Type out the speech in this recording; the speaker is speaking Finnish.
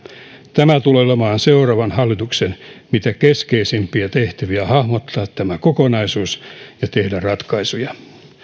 tämä tulee olemaan seuraavan hallituksen mitä keskeisimpiä tehtäviä hahmottaa tämä kokonaisuus ja tehdä ratkaisuja